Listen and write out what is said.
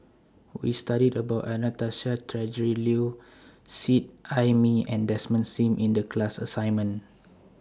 We studied about Anastasia Tjendri Liew Seet Ai Mee and Desmond SIM in The class assignment